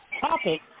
topic